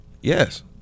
Yes